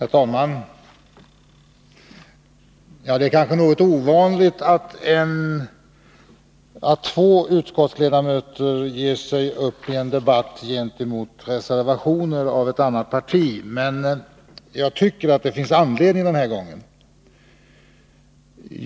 Herr talman! Det kanske är något ovanligt att två utskottsledamöter ger sig uppi en debatt gentemot reservationer av ett annat parti, men jag tycker att det finns anledning den här gången.